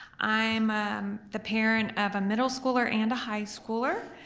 i'm the parent of a middle schooler and a high schooler.